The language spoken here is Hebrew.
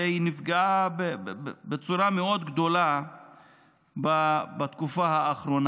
והיא נפגעה בצורה מאוד חמורה בתקופה האחרונה.